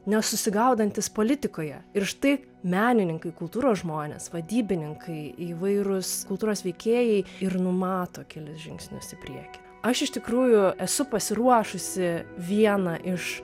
nesusigaudantys politikoje ir štai menininkai kultūros žmonės vadybininkai įvairūs kultūros veikėjai ir numato kelis žingsnius į priekį aš iš tikrųjų esu pasiruošusi vieną iš